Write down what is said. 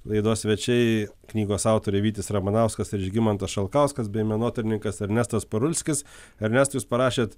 laidos svečiai knygos autoriai vytis ramanauskas ir žygimantas šalkauskas bei menotyrininkas ernestas parulskis ernestai jūs parašėt